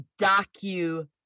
docu